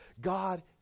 god